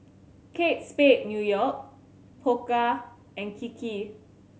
Kate Spade New York Pokka and Kiki